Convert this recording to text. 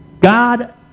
God